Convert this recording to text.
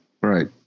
Right